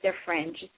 different